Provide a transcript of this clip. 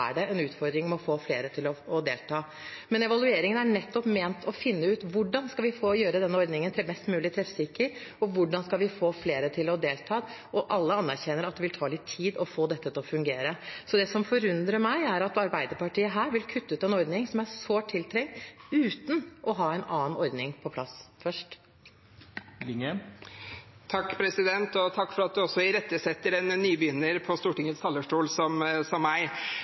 en utfordring med å få flere til å delta. Men evalueringen er nettopp ment å finne ut hvordan vi skal gjøre denne ordningen mest mulig treffsikker, og hvordan vi skal få flere til å delta. Alle anerkjenner at det vil ta litt tid å få dette til å fungere. Så det som forundrer meg, er at Arbeiderpartiet her vil kutte ut en ordning som er sårt tiltrengt, uten å ha en annen ordning på plass først. Takk, president, for at du irettesetter en nybegynner på Stortingets talerstol som meg.